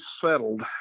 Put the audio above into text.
settled